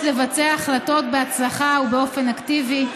לבצע החלטות בהצלחה ובאופן אפקטיבי,